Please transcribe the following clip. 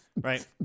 Right